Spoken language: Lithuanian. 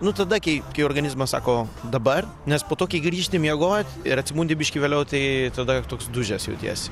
nu tada kai kai organizmas sako dabar nes po to kai grįžti miegot ir atsibundi biškį vėliau tai tada toks dužęs jautiesi